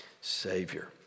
Savior